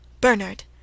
Bernard